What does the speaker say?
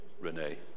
Renee